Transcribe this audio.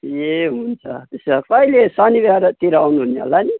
ए हुन्छ त्यसो भए कहिले शनिवारतिर आउनुहुने होला नि